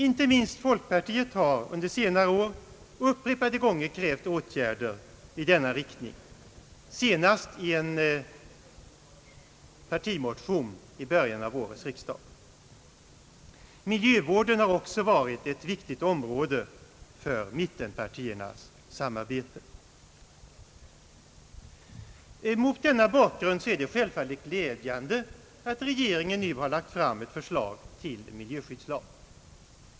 Inte minst folkpartiet har under senare år upprepade gånger krävt åtgärder i denna riktning, senast i en partimotion i början av årets riksdag. Miljövården har också varit ett viktigt område för mittenpartiernas samarbete. Mot denna bakgrund är det självfal let glädjande att regeringen nu har lagt fram ett förslag till miljöskyddslag.